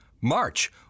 March